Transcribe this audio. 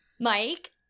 Mike